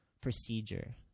procedure